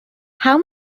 how